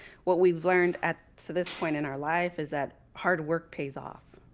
what we've learned at so this point in our life is that hard work pays off.